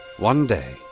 one day,